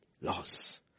Loss